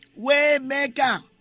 Waymaker